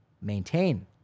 maintain